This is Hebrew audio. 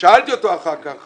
שאלתי אותו אחר כך